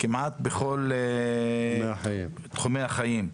כמעט בכל תחומי החיים.